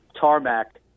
tarmac